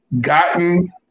gotten